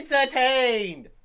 Entertained